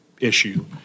issue